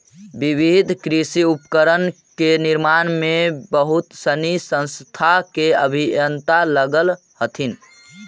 विविध कृषि उपकरण के निर्माण में बहुत सनी संस्था के अभियंता लगल हथिन